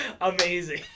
Amazing